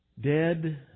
dead